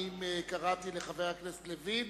קראתי לחבר הכנסת לוין,